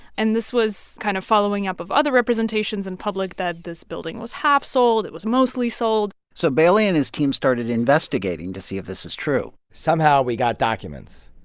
and this was kind of following up of other representations in public that this building was half sold. it was mostly sold so bailey and his team started investigating to see if this is true somehow we got documents,